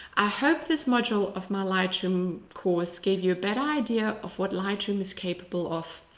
i hope this module of my lightroom course gave you a better idea of what lightroom is capable of.